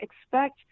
expect